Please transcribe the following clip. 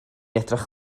edrych